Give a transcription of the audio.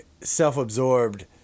self-absorbed